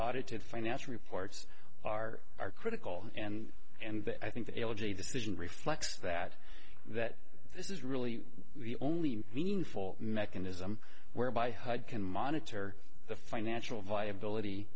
audited finance reports are are critical and and i think the elegy decision reflects that that this is really the only meaningful mechanism whereby hud can monitor the financial viability